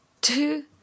Two